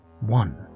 One